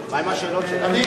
נוספת.